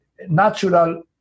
natural